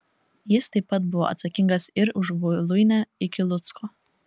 jis taip pat buvo atsakingas ir už voluinę iki lucko